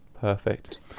Perfect